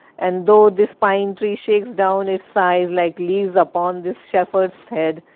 and though this pine-tree shakes down its sighs like leaves upon this shepherdis head,